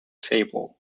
table